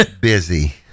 busy